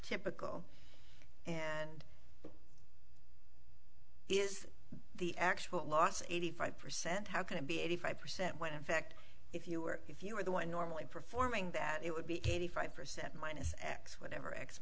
typical and is the actual loss eighty five percent how can it be eighty five percent when in fact if you were if you were the one normally performing that it would be eighty five percent minus x whatever x